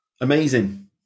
Amazing